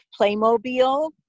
Playmobil